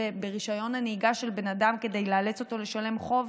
ברישיון הנהיגה של בן אדם כדי לאלץ אותו לשלם חוב,